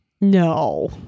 No